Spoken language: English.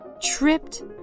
tripped